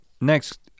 Next